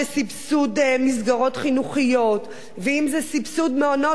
מסגרות חינוכיות ואם סבסוד מעונות-יום.